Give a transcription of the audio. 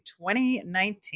2019